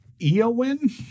Eowyn